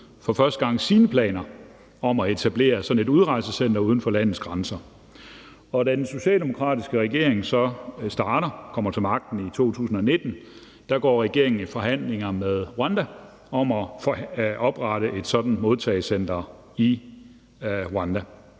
for første gang sine planer om at etablere sådan et udrejsecenter uden for landets grænser, og da den socialdemokratiske regering så starter og kommer til magten i 2019, går regeringen i forhandlinger med Rwanda om at oprette et sådant modtagecenter i Rwanda.